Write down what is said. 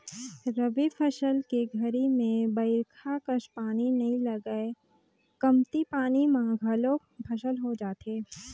रबी फसल के घरी में बईरखा कस पानी नई लगय कमती पानी म घलोक फसल हो जाथे